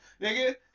nigga